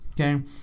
okay